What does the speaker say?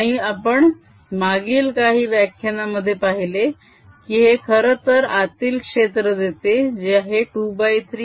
आणि आपण मागील काही व्याख्यानामध्ये पाहिले की हे खरंतर आतील क्षेत्र देते जे आहे 23 μ0m